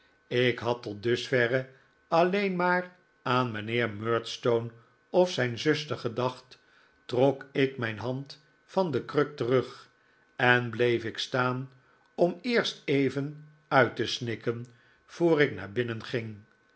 ik had tot dusverre alleen maar aan mijnheer murdstone of zijn zuster gedacht trok ik mijn hand van de kruk terug en bleef ik staan om eerst even uit te snikken voor ik naar binnen ging